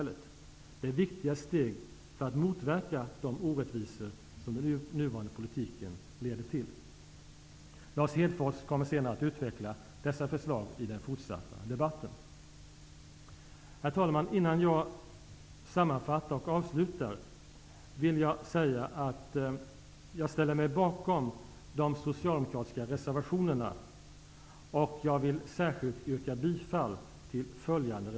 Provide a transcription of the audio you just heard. Jag vill därför uppmana de borgerliga att tänka efter en gång till innan besluten om den ekonomiska politiken fattas: Gör inte om Storbritanniens misstag från 80-talet, ett misstag som ledde både till hög arbetslöshet och till hög inflationsbenägenhet!